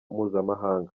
mpuzamahanga